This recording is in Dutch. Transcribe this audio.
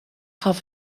gaf